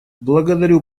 благодарю